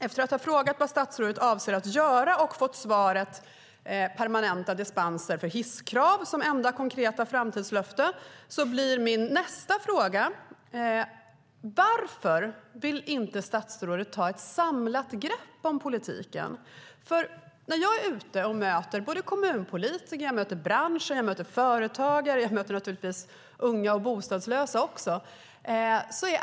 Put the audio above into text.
Efter att ha frågat vad statsrådet avser att göra och fått svaret permanenta dispenser från hisskrav som enda konkreta framtidslöfte blir min nästa fråga: Varför vill inte statsrådet ta ett samlat grepp om politiken? Jag är ute och möter såväl kommunpolitiker som branschen och företagare, och jag möter naturligtvis unga och bostadslösa också.